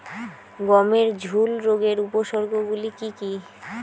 গমের ঝুল রোগের উপসর্গগুলি কী কী?